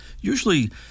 usually